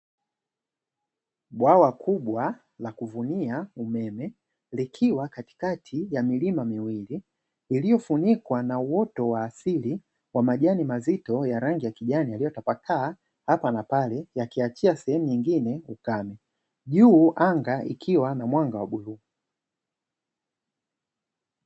Bwawa kubwa la kuvunia umeme likiwa katikati ya milima miwili iliyofunikwa na uoto wa asili wa majani mazito ya rangi ya kijani, yaliyotapakaa hapa na pale yakiachia sehemu nyingine ukame juu anga ikiwa na mwanga wa bluu.